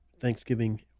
Thanksgiving